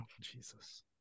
Jesus